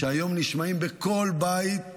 שהיום נשמעים בכל בית